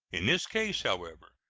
in this case, however,